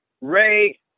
Ray